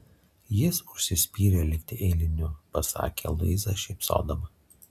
jis užsispyrė likti eiliniu pasakė luiza šypsodama